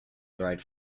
dried